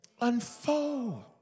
unfold